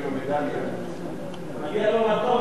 הצעת